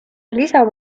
lisab